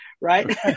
right